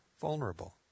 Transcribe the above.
vulnerable